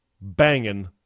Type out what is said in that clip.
banging